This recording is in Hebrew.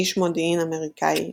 איש מודיעין אמריקאי,